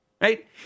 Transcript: right